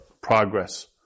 progress